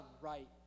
right